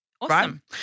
Awesome